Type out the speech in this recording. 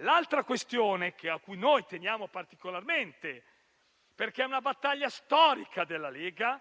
L'altro risultato a cui teniamo particolarmente, perché è una battaglia storica della Lega,